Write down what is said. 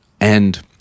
And-